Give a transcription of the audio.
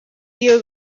iyo